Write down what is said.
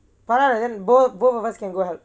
பரவாயில்லை:paravaayillai then both both of us can go